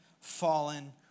fallen